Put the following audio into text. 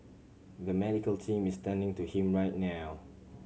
the medical team is attending to him right now